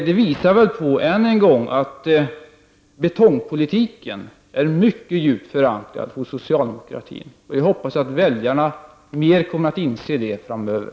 Det visar ännu en gång att betongpolitiken är mycket djupt förankrad hos socialdemokraterna. Jag hoppas att väljarna kommer att inse det framöver.